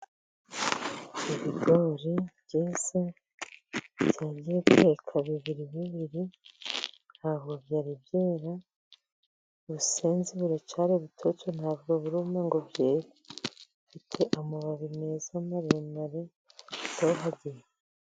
Ibigori byeze, byagiye biheka bibiri bibiri, nta bwo byari byera, ubusezi buracyari butoto nta bwo buruma ngo byere. Bifite amababi meza maremare atohagiye.